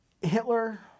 Hitler